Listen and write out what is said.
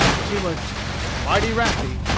she was mighty wrathy,